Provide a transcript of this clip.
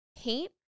paint